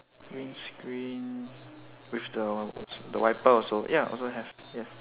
windscreen with the the wiper also ya also have yes